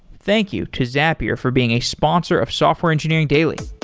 thank you to zapier for being a sponsor of software engineering daily